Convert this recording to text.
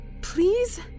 please